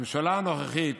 הממשלה הנוכחית